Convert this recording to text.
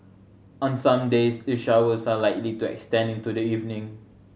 on some days the showers are likely to extend into the evening